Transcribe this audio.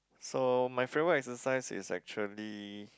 so my favorite exercise is actually